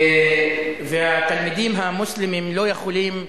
באוניברסיטאות והתלמידים המוסלמים לא יכולים,